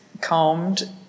combed